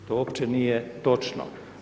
To uopće nije točno.